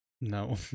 No